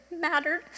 mattered